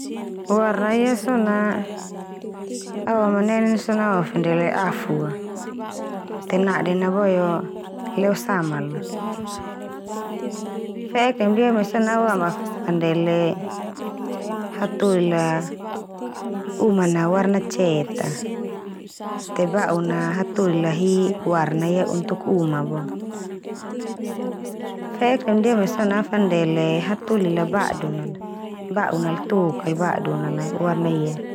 Warna ia so na awamanenen so na awafandele afu a. Te naden na boe o leo samala. Fe'ek neme ndia so na awafandele hatoli la uman na warna cet a te ba'un na hatoli la hi warna ia untuk uma bo. Fe'ek neme ndia mai so na afandele hatoli la badu mal. ba'un na tok kal badu na warna ia.